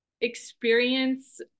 experience